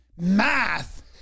math